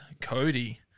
cody